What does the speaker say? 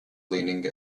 leaning